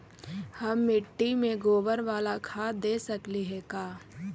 हम मिट्टी में गोबर बाला खाद दे सकली हे का?